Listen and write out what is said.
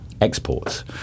exports